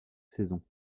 saison